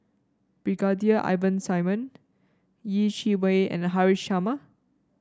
Brigadier Ivan Simson Yeh Chi Wei and Haresh Sharma